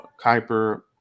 Kuiper